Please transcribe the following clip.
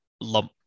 lump